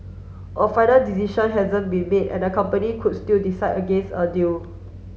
a final decision hasn't been made and the company could still decide against a deal